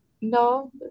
No